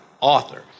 author